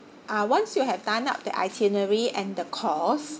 uh once you have done up the itinerary and the course